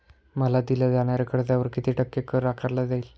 मला दिल्या जाणाऱ्या कर्जावर किती टक्के कर आकारला जाईल?